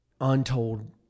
untold